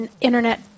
internet